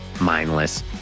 mindless